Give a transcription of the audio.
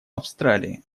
австралии